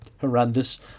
Horrendous